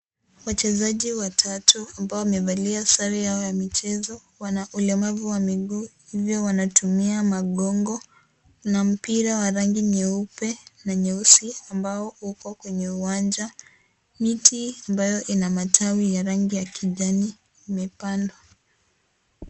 Wachezaji watatu ambao wamevalia sare yao ya michezo wana ulemavu wa miguu, hivyo wanatumia magongo, Kuna mpira wa rangi nyeupe na nyeusi ambao uko kwenye uwanja. Miti ambayo ina matawi ya rangi ya kijani imepandwa.